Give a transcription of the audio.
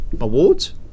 awards